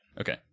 Okay